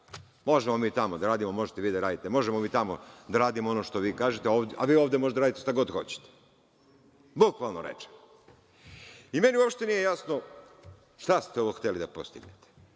Možemo mi tamo da radimo, možete vi da radite, možemo mi da radimo tamo ono što vi kažete, a vi ovde možete da radite šta god hoćete. Bukvalno rečeno. I meni uopšte nije jasno šta ste ovo hteli da postignete? Naravno,